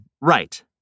right